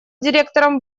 директором